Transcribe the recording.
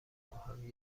خواهم